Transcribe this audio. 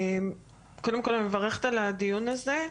קודם כל, אני מברכת על הדיון הזה.